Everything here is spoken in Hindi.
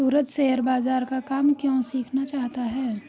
सूरज शेयर बाजार का काम क्यों सीखना चाहता है?